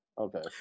okay